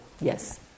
yes